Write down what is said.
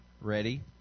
ready